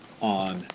on